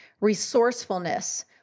resourcefulness